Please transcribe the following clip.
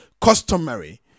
customary